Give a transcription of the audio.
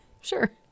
Sure